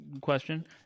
question